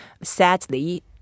sadly